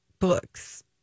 Books